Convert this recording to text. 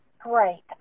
Great